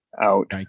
out